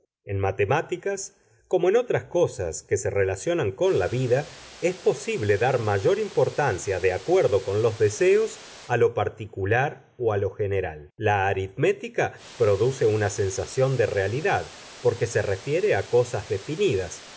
en matemáticas como en otras cosas que se relacionan con la vida es posible dar mayor importancia de acuerdo con los deseos a lo particular o a lo general la aritmética produce una sensación de realidad porque se refiere a cosas definidas